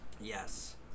Yes